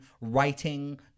writing